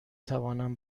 توانم